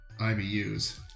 IBUs